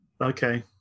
Okay